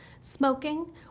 smoking